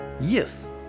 Yes